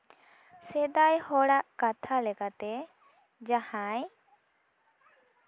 ᱥᱮᱫᱟᱭ ᱦᱚᱲᱟᱜ ᱠᱟᱛᱷᱟ ᱞᱮᱠᱟᱛᱮ ᱡᱟᱦᱟᱸᱭ